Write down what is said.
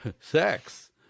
sex